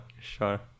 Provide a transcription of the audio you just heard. sure